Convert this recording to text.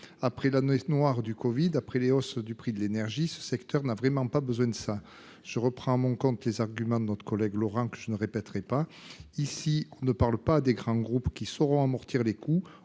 Après l'année noire du covid-19, après les hausses du prix de l'énergie, ce secteur n'a vraiment pas besoin de cela ! Je reprends à mon compte les arguments de Daniel Laurent. Ici, nous ne parlons pas des grands groupes qui sauront amortir les coûts,